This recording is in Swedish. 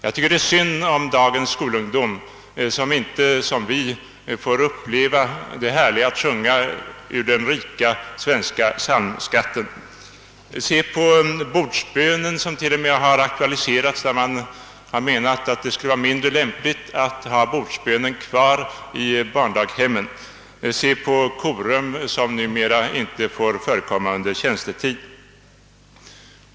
Jag tycker att det är synd om dagens skolungdom som inte som vi får uppleva det härliga i att sjunga ur den rika svenska psalmskatten. Se på bordsbönen som har aktualiserats genom att man t.o.m. har menat att det skulle vara mindre lämpligt att ha bordsbönen kvar i barndaghemmen, se på korum som numera inte får förekomma under tjänstetid!